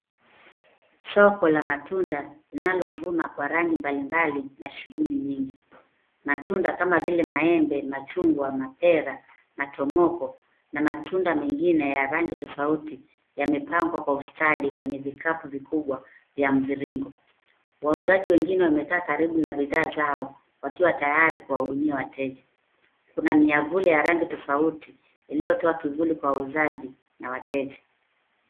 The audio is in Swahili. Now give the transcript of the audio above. Soko la matunda linalovuma kwa rangi mbali mbali na shughuli nyingi kwa matunda kama vile maembe ,machungwa ,mapera, matomoko na matunda mengine